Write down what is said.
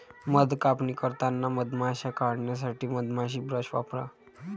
मध कापणी करताना मधमाश्या काढण्यासाठी मधमाशी ब्रश वापरा